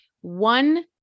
one